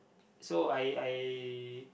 so I I